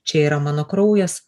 čia yra mano kraujas